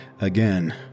Again